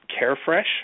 Carefresh